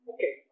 Okay